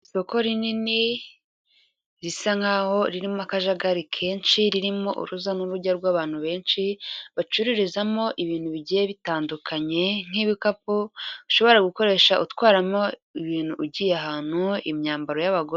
Isoko rinini risa nkaho ririmo akajagari kenshi, ririmo uruza n'urujya rw'abantu benshi bacururizamo ibintu bigiye bitandukanye nk'ibikapu ushobora gukoresha utwaramo ibintu ugiye ahantu, imyambaro y'abagore.